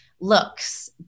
looks